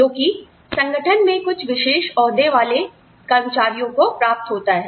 जो कि संगठन में कुछ विशेष ओहदे वाले कर्मचारियों को प्राप्त होता है